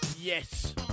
yes